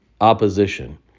opposition